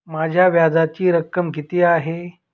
माझ्या व्याजाची रक्कम किती आहे?